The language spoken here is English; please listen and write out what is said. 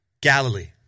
Galilee